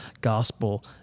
gospel